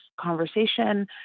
conversation